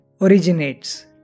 originates